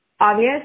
Obvious